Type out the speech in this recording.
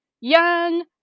young